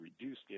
reduced